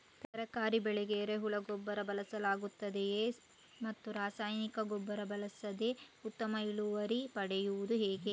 ತರಕಾರಿ ಬೆಳೆಗೆ ಎರೆಹುಳ ಗೊಬ್ಬರ ಬಳಸಲಾಗುತ್ತದೆಯೇ ಮತ್ತು ರಾಸಾಯನಿಕ ಗೊಬ್ಬರ ಬಳಸದೆ ಉತ್ತಮ ಇಳುವರಿ ಪಡೆಯುವುದು ಹೇಗೆ?